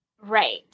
Right